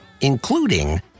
Including